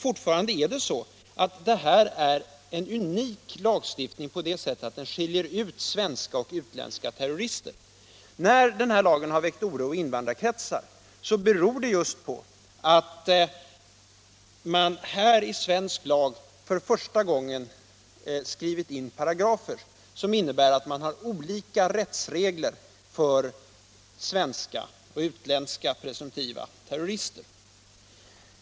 Fortfarande är det så att denna lagstiftning är unik på så sätt att den skiljer mellan svenska och utländska terrorister. När lagen väckt oro i invandrarkretsar beror det just på att man i svensk lag för första gången skrivit in paragrafer som innebär att man har olika rättsregler för svenska och utländska presumtiva terrorister.